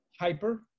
Hyper